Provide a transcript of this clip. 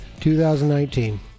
2019